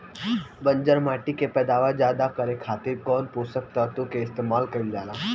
बंजर माटी के पैदावार ज्यादा करे खातिर कौन पोषक तत्व के इस्तेमाल कईल जाला?